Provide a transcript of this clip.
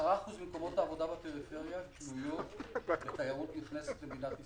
10% ממקומות העבודה בפריפריה תלויות בתיירות נכנסת במדינת ישראל.